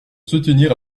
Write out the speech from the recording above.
soutenir